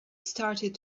started